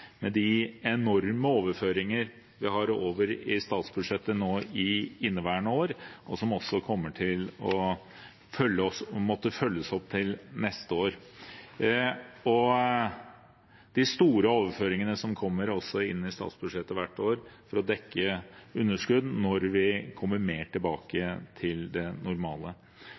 med de enorme overføringene vi har i statsbudsjettet i inneværende år, og som også kommer til å måtte følges opp til neste år – de store overføringene som kommer inn i statsbudsjettet hvert år for å dekke underskudd når vi kommer mer tilbake til det normale.